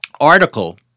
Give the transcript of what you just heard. article